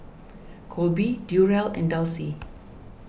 Kolby Durell and Dulcie